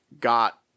got